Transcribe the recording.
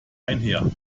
einher